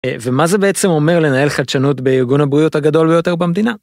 ומה זה בעצם אומר לנהל חדשנות בארגון הבריאות הגדול ביותר במדינה.